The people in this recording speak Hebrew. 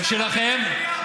ושלכם?